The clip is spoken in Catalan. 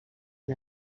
amb